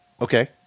Okay